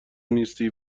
نیستی